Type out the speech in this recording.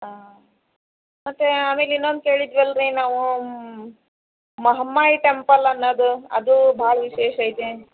ಹಾಂ ಮತ್ತು ಆಮೇಲೆ ಇನ್ನೊಂದು ಕೇಳಿದ್ವಲ್ಲ ರೀ ನಾವು ಮಹಾಮಯಿ ಟೆಂಪಲ್ ಅನ್ನದು ಅದು ಭಾಳ ವಿಶೇಷ ಐತೆ